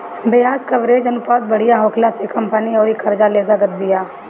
ब्याज कवरेज अनुपात बढ़िया होखला से कंपनी अउरी कर्जा ले सकत बिया